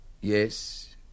Yes